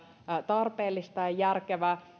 tarpeellista ja järkevää